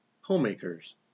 Homemakers